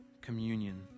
communion